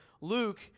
Luke